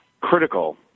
critical